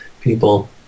people